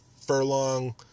furlong